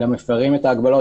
למפרים את ההגבלות,